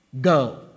go